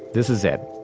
this is it.